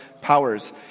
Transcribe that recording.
powers